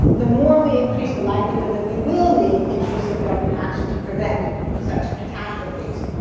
the more we increase the likelihood that we will need intrusive government action to prevent such catastrophes.